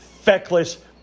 feckless